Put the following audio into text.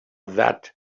that